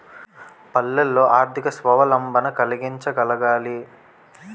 పల్లెల్లో ఆర్థిక స్వావలంబన కలిగించగలగాలి